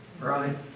Right